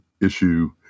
issue